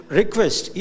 request